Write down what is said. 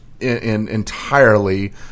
entirely